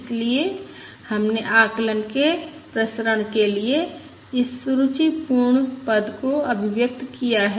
इसलिए हमने आकलन के प्रसरण के लिए इस सुरुचिपूर्ण पद को अभिव्यक्त किया है